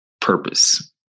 purpose